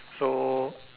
so